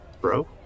bro